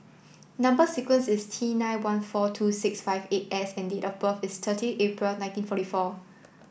number sequence is T nine one four two six five eight S and date of birth is thirty April nineteen forty four